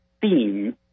theme